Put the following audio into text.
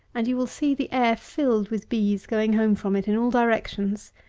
and you will see the air filled with bees going home from it in all directions.